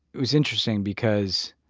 it was interesting because